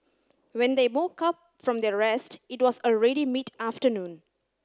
when they woke up from their rest it was already mid afternoon